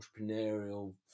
entrepreneurial